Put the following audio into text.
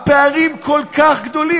הפערים כל כך גדולים.